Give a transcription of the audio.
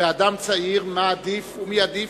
ואדם צעיר, מי עדיף,